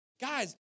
Guys